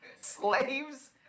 slaves